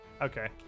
Okay